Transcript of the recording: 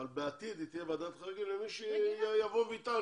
אבל בעתיד היא תהיה ועדת חריגים למי שיבוא ויטען